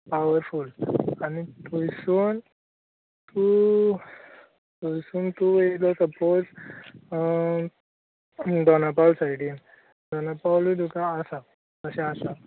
power फूल आनी थंयसून तूं थंयसून तूं येयलो सपोज दोनापावल सायडीन दोनपावलूय तुका आसा तशें आसा